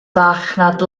farchnad